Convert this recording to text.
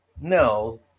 No